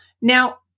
Now